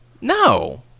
No